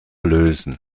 lösen